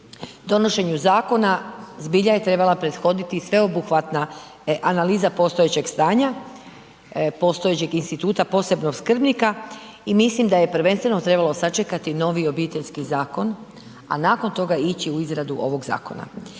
donošenju zakona zbilja je treba prethoditi sveobuhvatna analiza postojećeg stanja, postojećeg instituta posebnog skrbnika i mislim da je prvenstveno trebalo sačekati novi Obiteljski zakon, a nakon toga ići u izradu ovog zakona.